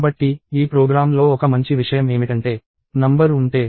కాబట్టి ఈ ప్రోగ్రామ్లో ఒక మంచి విషయం ఏమిటంటే నంబర్ ఉంటే